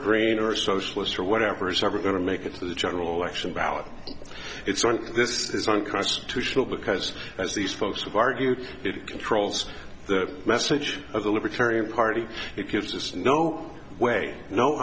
green or socialist or whatever is ever going to make it to the general election ballot it's on this is unconstitutional because as these folks have argued it controls the message of the libertarian party it gives us no way no